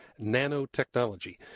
nanotechnology